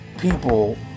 people